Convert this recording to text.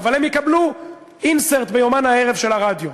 אבל הם יקבלו insert ב"יומן הערב" של הרדיו.